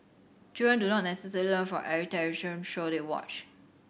children do not necessarily learn from every television show they watch